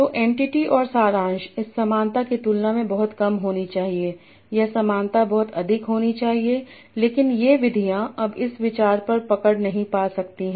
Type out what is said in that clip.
तो एंटिटी और सारांश इस समानता की तुलना में बहुत कम होनी चाहिए यह समानता बहुत अधिक होनी चाहिए लेकिन ये विधियां अब इस विचार पर पकड़ नहीं पा सकती हैं